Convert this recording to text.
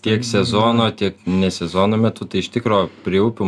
pažeis tiek sezono tiek ne sezono metu tai iš tikro prie upių